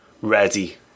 Ready